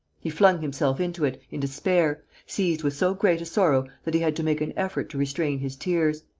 he flung himself into it, in despair, seized with so great a sorrow that he had to make an effort to restrain his tears.